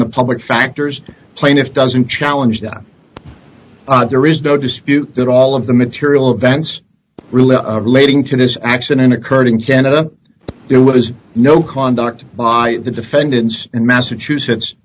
in the public factors plaintiff doesn't challenge them there is no dispute that all of the material events relating to this accident occurred in canada there was no conduct by the defendants in massachusetts